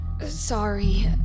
Sorry